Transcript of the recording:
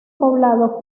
poblado